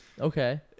Okay